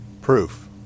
Proof